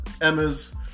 emma's